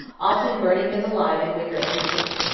often burning them alive in wicker images.